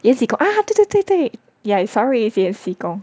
延禧宫 ah 对对对 ya sorry 是延禧宫